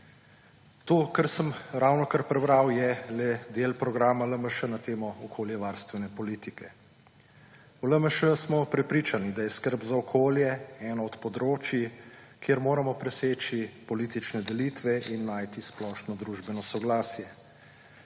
To, kar sem ravnokar prebral, je le del programa LMŠ na temo okoljevarstvene politike. V LMŠ smo prepričani, da je skrb za okolje eno od področij, kjer moramo preseči politične delitve in najti splošno družbeno soglasje.